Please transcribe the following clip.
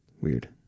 weird